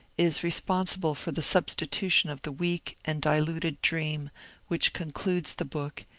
is responsible for the substitution of the weak and diluted dream which concludes the book,